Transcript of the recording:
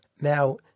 Now